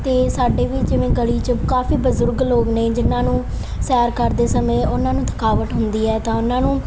ਅਤੇ ਸਾਡੇ ਵੀ ਜਿਵੇਂ ਗਲੀ 'ਚੋਂ ਕਾਫੀ ਬਜ਼ੁਰਗ ਲੋਕ ਨੇ ਜਿਹਨਾਂ ਨੂੰ ਸੈਰ ਕਰਦੇ ਸਮੇਂ ਉਹਨਾਂ ਨੂੰ ਥਕਾਵਟ ਹੁੰਦੀ ਹੈ ਤਾਂ ਉਹਨਾਂ ਨੂੰ